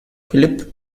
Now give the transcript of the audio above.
philip